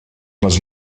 les